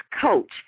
coach